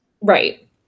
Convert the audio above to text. right